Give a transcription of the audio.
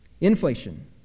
Inflation